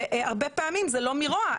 הרבה פעמים זה לא מרוע.